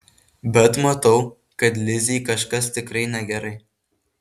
bet matau kad lizei kažkas tikrai negerai